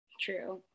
True